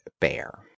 Bear